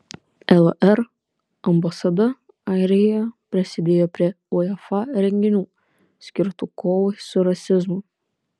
lr ambasada airijoje prisidėjo prie uefa renginių skirtų kovai su rasizmu